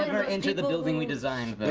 into the building we designed.